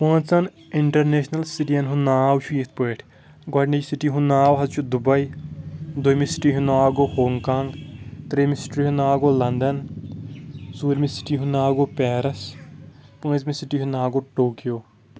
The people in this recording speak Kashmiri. پانٛژن انٹرنیشنل سٹیَن ہُنٛد ناو چھُ یِتھ پٲٹھۍ گۄڈٕنِچ سٹی ہُنٛد ناو حظ چھُ دُباے دوٚیٚمہِ سٹی ہُنٛد ناو گوٚو ہانٛگ کانٛگ ترٛیمہِ سٹی ہُنٛد ناو گوٚو لندن ژوٗرمہِ سٹی ہُنٛد ناو گوٚو پیرس پونٛژمہِ سٹی ہُنٛد ناو گوٚو ٹوکیو